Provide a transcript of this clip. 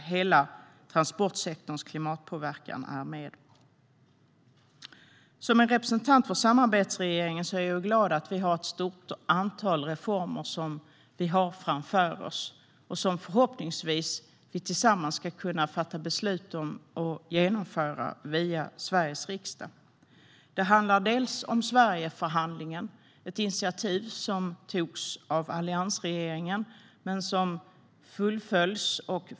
Hela transportsektorns klimatpåverkan är med. Som representant för samarbetsregeringen är jag glad att vi har ett stort antal reformer framför oss som vi förhoppningsvis tillsammans ska kunna fatta beslut om och genomföra via Sveriges riksdag. Sverigeförhandlingen är ett initiativ som togs av alliansregeringen och som ska fullföljas.